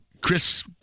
Chris